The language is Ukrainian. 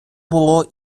було